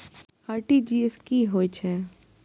RTGS की होय छै